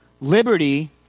liberty